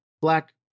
Black